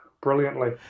brilliantly